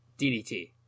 DDT